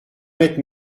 mettre